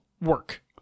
work